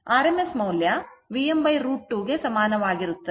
rms ಮೌಲ್ಯ Vm √ 2 ಕ್ಕೆ ಸಮಾನವಾಗಿರುತ್ತದೆ